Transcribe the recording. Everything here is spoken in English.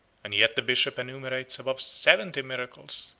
and yet the bishop enumerates above seventy miracles,